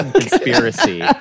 conspiracy